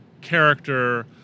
character